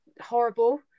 horrible